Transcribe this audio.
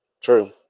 True